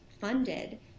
funded